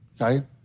Okay